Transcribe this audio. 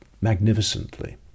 magnificently